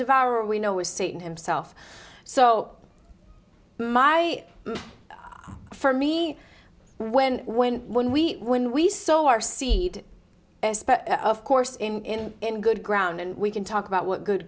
devour we know was satan himself so my for me when when when we when we saw our seed of course in good ground and we can talk about what good